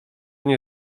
nie